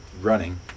Running